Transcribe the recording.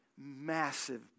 massive